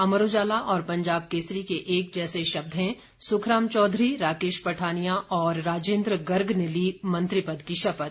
अमर उजाला और पंजाब केसरी के एक जैसे शब्द हैं सुखराम चौधरी राकेश पठानिया और राजेंद्र गर्ग ने ली मंत्री पद की शपथ